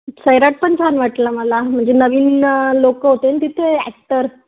सैराट पण छान वाटला मला म्हणजे नवीन लोकं होते नं तिथे ॲक्टर